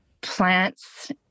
plants